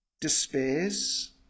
despairs